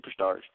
superstars